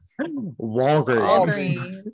Walgreens